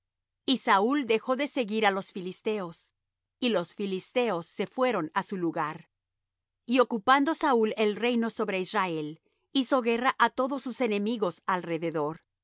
y saúl dejó de seguir á los filisteos y los filisteos se fueron á su lugar y ocupando saúl el reino sobre israel hizo guerra á todos sus enemigos alrededor